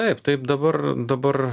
taip taip dabar dabar